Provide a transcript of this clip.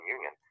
Union